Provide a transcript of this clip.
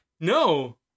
No